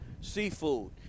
seafood